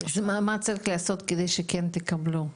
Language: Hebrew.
ומה צריך לעשות כדי שכן תקבלו?